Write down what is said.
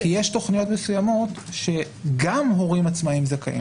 אני מבין אבל יש תכניות מסוימות שגם הורים עצמאיים זכאים